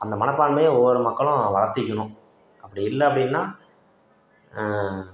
அந்த மனப்பான்மையை ஒவ்வொரு மக்களும் வளத்துக்கிணும் அப்படி இல்லை அப்படின்னா